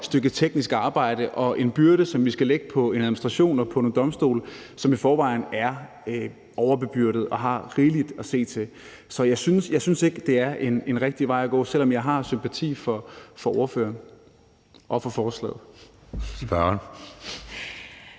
stykke teknisk arbejde og en byrde, som vi skal lægge på en administration og på nogle domstole, som i forvejen er overbebyrdede og har rigeligt at se til. Så jeg synes ikke, det er en rigtig vej at gå, selv om jeg har sympati for ordføreren og for forslaget.